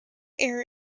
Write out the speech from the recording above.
air